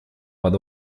под